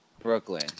Brooklyn